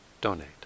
donate